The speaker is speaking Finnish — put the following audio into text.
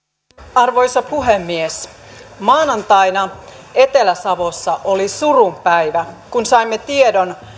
arvoisa puhemies maanantaina etelä savossa oli surun päivä kun saimme tiedon